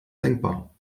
denkbar